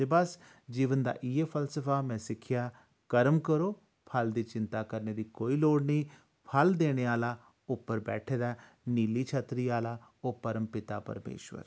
ते बस जीवन दा इ'यो फलसफा में सिक्खेआ कर्म करो फल दी चिंता करने दी कोई लोड़ निं फल देने आह्ला उप्पर बैठै दा ऐ नीली छतरी आह्ला ओह् परमपिता परमेश्वर